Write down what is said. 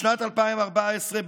בשנת 2014,